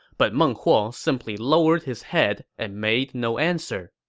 but meng huo simply lowered his head and made no answer